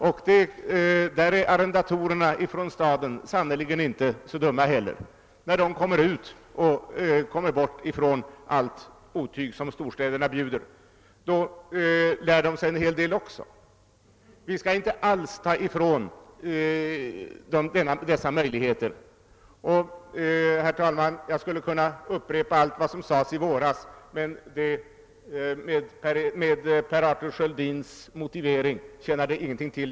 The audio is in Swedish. Därvidlag är arrendatorerna från staden sannerligen inte så dumma. Kommer de väl bort från allt otyg som storstäderna bjuder, lär de sig en hel del också, och vi skall inte ta ifrån dem dessa möjligheter. Herr talman! Jag skulle kunna upprepa allt vad som sades i våras men enligt Arthur Sköldins motivering tjänar det ingenting till.